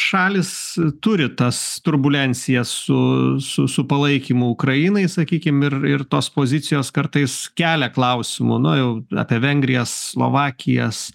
šalys turi tas turbulencijas su su su palaikymu ukrainai sakykim ir ir tos pozicijos kartais kelia klausimų nu jau apie vengrijas slovakijas